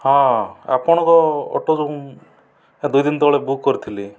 ହଁ ଆପଣଙ୍କ ଅଟୋ ଯେଉଁ ମୁଁ ଦୁଇଦିନ ତଳେ ବୁକ୍ କରିଥିଲି